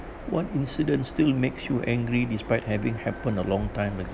what incident still makes you angry despite having happened a long time ago